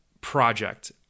project